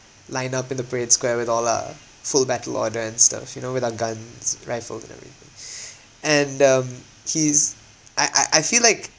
line up in the parade square with all our full battle order and stuff you know with our guns rifle and everything and um he's I I I feel like